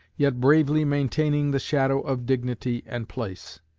yet bravely maintaining the shadow of dignity and place.